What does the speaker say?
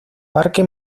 parque